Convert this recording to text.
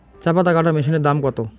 চাপাতা কাটর মেশিনের দাম কত?